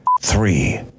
three